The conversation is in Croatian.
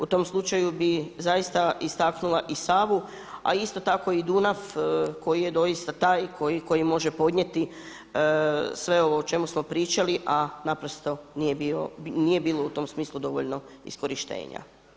U tom slučaju bih zaista istaknula i Savu a isto tako i Dunav koji je doista taj koji može podnijeti sve ovo o čemu smo pričali a naprosto nije bilo u tom smislu dovoljno iskorištenja.